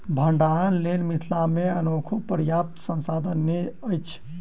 भंडारणक लेल मिथिला मे अखनो पर्याप्त साधन नै अछि